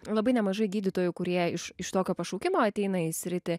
labai nemažai gydytojų kurie iš iš tokio pašaukimo ateina į sritį